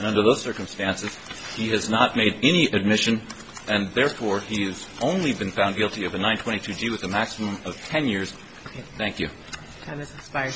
under those circumstances he has not made any admission and therefore he is only been found guilty of a nine twenty do with a maximum of ten years thank you